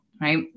right